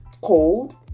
cold